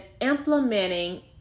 implementing